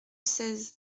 seize